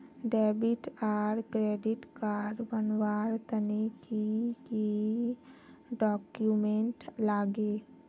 Debit आर credit card बनवार तने की की डॉक्यूमेंट लागे?